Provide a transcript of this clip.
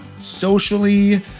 socially